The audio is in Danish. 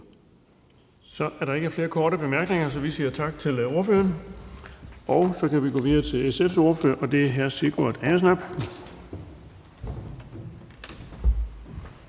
Så er der ikke flere korte bemærkninger. Vi siger tak til ordføreren. Så kan vi gå videre til SF's ordfører, og det er hr. Sigurd Agersnap.